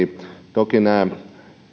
toki nämä